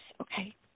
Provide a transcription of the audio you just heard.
okay